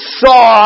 saw